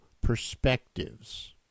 perspectives